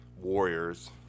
warriors